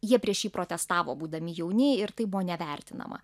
jie prieš jį protestavo būdami jauni ir tai buvo nevertinama